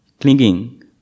clinging